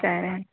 సరే